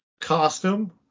costume